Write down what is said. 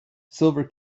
silver